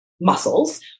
muscles